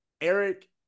Eric